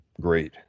great